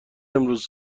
امروز